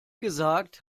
gesagt